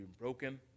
broken